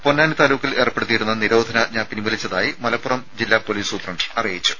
പൊന്നാനി താലൂക്കിൽ ഏർപ്പെടുത്തിയിരുന്ന നിരോധനാജ്ഞ പിൻവലിച്ചതായി മലപ്പുറം പൊലീസ് സൂപ്രണ്ട് അറിയിച്ചു